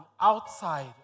outside